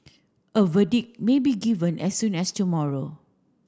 a verdict may be given as soon as tomorrow